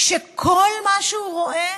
כשכל מה שהוא רואה